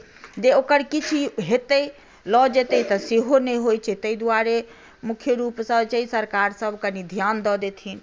जे ओकर किछु हेतै लऽ जेतै तऽ सेहो नहि होइत छै ताहि द्वारे मुख्य रूपसँ सरकार कनि ध्यान दऽ देथिन